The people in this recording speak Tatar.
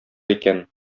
икән